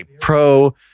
pro